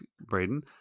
Braden